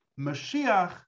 Mashiach